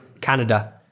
Canada